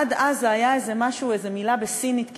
עד אז זה היה איזה משהו, איזו מילה בסינית כמעט,